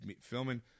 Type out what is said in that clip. filming